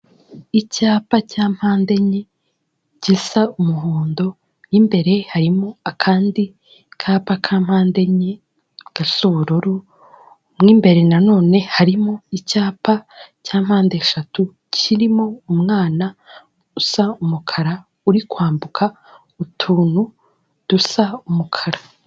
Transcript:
Icyapa cya mpande enye gisa umuhondo, mo imbere harimo akandi kapa ka mpande enye gasa ubururu, mo imbere na none harimo icyapa cya mpande eshatu kirimo umwana usa umukara, uri kwambuka utuntu dusa umukara.